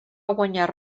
guanyar